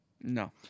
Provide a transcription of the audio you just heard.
No